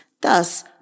thus